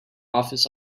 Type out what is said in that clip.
office